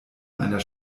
einer